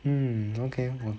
mm okay